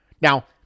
Now